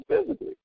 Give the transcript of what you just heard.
physically